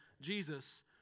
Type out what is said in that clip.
Jesus